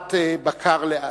העברת בקר לעזה.